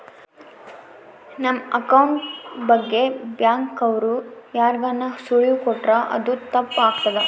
ನಮ್ ಅಕೌಂಟ್ ಬಗ್ಗೆ ಬ್ಯಾಂಕ್ ಅವ್ರು ಯಾರ್ಗಾನ ಸುಳಿವು ಕೊಟ್ರ ಅದು ತಪ್ ಆಗ್ತದ